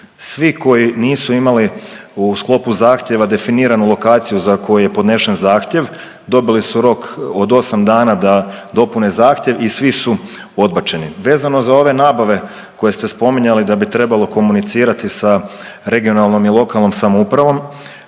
Svi koji nisu imali u sklopu zahtjeva definiranu lokaciju za koju je podnesen zahtjev dobili su rok od 8 dana da dopune zahtjev i svi su odbačeni. Vezano za ove nabave koje ste spominjali da bi trebalo komunicirati sa regionalnom i lokalnom samoupravom,